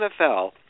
NFL